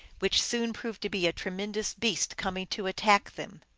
which soon proved to be a tremendous beast coming to attack them.